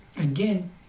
again